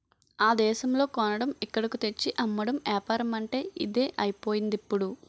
ఆ దేశంలో కొనడం ఇక్కడకు తెచ్చి అమ్మడం ఏపారమంటే ఇదే అయిపోయిందిప్పుడు